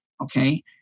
Okay